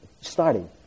starting